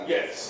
Yes